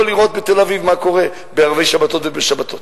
לראות מה קורה בתל-אביב בערבי שבתות ובשבתות.